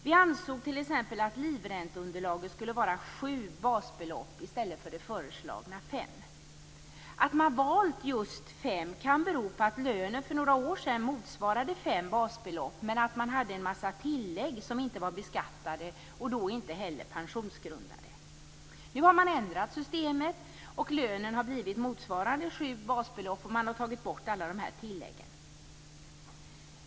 Vi ansåg t.ex. att livränteunderlaget skulle vara sju basbelopp i stället för, som föreslagits, fem. Att man har valt just fem basbelopp kan bero på att lönen för några år sedan motsvarade just fem basbelopp, men man hade en massa tillägg som inte var beskattade och därmed inte heller pensionsgrundande. Nu har man ändrat systemet, och lönen motsvarar nu sju basbelopp; man har tagit bort alla dessa tillägg.